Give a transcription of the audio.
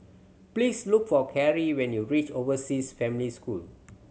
please look for Carrie when you reach Overseas Family School